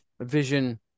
vision